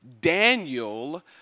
Daniel